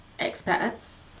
expats